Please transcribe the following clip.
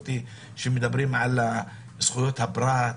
שמדברים על זכויות פרט,